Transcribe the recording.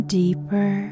deeper